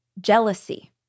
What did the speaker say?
jealousy